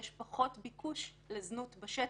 יש פחות ביקוש לזנות בשטח,